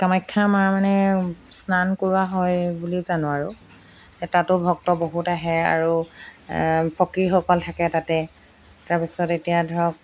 কামাখ্যা মাৰ মানে স্নান কৰোৱা হয় বুলি জানো আৰু তাতো ভক্ত বহুত আহে আৰু ফকীৰসকল থাকে তাতে তাৰপিছত এতিয়া ধৰক